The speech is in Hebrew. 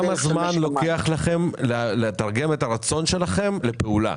כמה זמן לוקח לכם לתרגם את הרצון שלכם לפעולה?